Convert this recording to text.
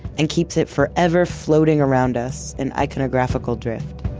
and keeps it forever floating around us, in iconographical drift